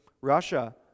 Russia